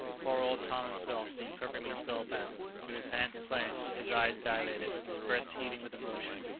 poor old tom himself seemed perfectly spell-bound. with his hands clenched, his eyes dilated, and his breast heaving with emotion,